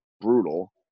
brutal